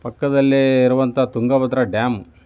ಪಕ್ಕದಲ್ಲೇ ಇರುವಂಥ ತುಂಗಭದ್ರ ಡ್ಯಾಮ್